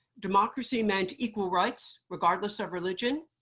democracy meant equal rights, regardless of religion.